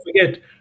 forget